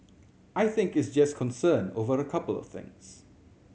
I think is just concern over a couple of things